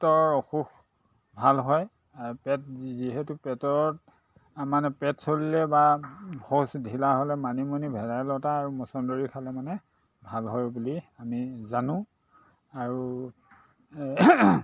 পেটৰ অসুখ ভাল হয় পেট যিহেতু পেটত মানে পেট চলিলে বা শৌচ ধিলা হ'লে মানিমুনি ভেদাইলতা আৰু মছন্দৰী খালে মানে ভাল হয় বুলি আমি জানোঁ আৰু